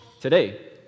today